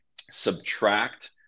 subtract